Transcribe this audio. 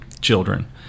children